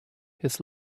his